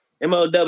MOW